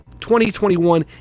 2021